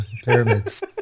pyramids